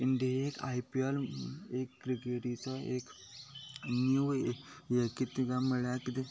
इंडियेक I P L एक क्रिकेटीचो एक न्यू ये कित्याक काय म्हणल्यार कितें